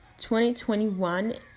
2021